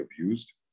abused